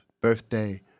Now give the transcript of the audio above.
birthday